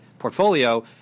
portfolio